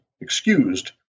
excused